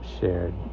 shared